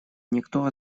никто